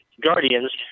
Guardians